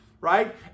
right